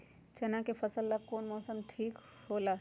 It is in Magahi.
चाना के फसल ला कौन मौसम ठीक होला?